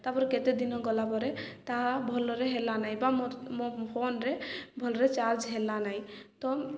ତାପରେ କେତେଦିନ ଗଲା ପରେ ତାହା ଭଲରେ ହେଲା ନାଇଁ ବା ମୋର ମୋ ଫୋନ୍ରେ ଭଲରେ ଚାର୍ଜ ହେଲା ନାଇଁ ତ